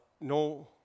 no